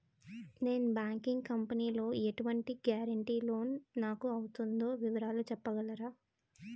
Non banking company లో ఎటువంటి guarantee loan నాకు అవుతుందో వివరాలు చెప్పగలరా?